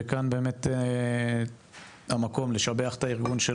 וכאן באמת המקום לשבח את הארגון של